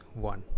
one